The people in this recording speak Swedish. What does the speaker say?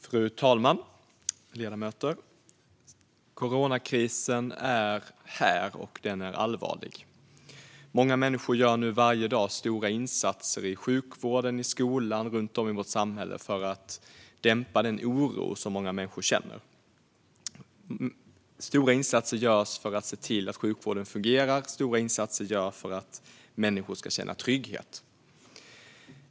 Fru talman och ledamöter! Coronakrisen är här, och den är allvarlig. Många människor gör nu varje dag stora insatser i sjukvården, i skolan och runt om i vårt samhälle för att dämpa den oro som många känner. Stora insatser görs för att se till att sjukvården fungerar, och stora insatser görs för att människor ska känna trygghet.